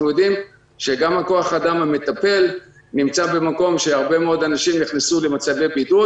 יודעים שגם בקרב כוח האדם המטפל הרבה מאוד אנשים נכנסו לבידוד